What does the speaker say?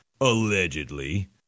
allegedly